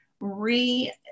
re-